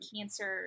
cancer